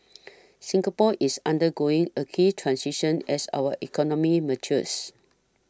Singapore is undergoing a key transition as our economy matures